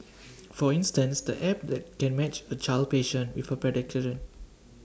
for instance the app that can match A child patient with A paediatrician